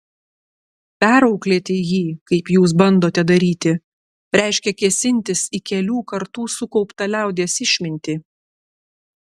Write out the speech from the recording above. perauklėti jį kaip jūs bandote daryti reiškia kėsintis į kelių kartų sukauptą liaudies išmintį